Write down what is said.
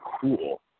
cool